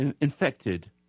infected